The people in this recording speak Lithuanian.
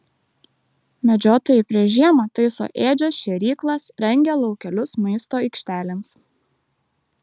medžiotojai prieš žiemą taiso ėdžias šėryklas rengia laukelius maisto aikštelėms